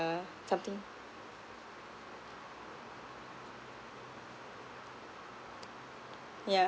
something yeah